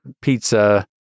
pizza